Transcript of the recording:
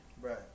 Right